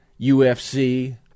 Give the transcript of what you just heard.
UFC